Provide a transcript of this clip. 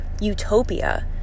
utopia